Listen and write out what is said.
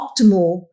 optimal